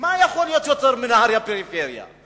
מה יכול להיות יותר פריפריה מנהרייה?